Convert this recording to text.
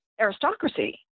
aristocracy